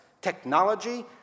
technology